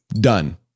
Done